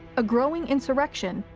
a growing insurrection,